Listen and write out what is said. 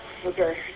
Okay